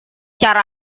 cara